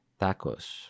Tacos